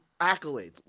accolades